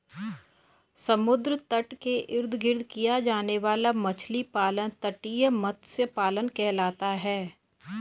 समुद्र तट के इर्द गिर्द किया जाने वाला मछली पालन तटीय मत्स्य पालन कहलाता है